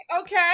okay